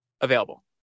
available